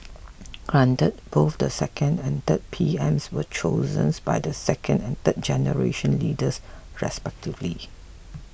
granted both the second and third P Ms were chosen by the second and third generation leaders respectively